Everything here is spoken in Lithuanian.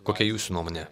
kokia jūsų nuomonė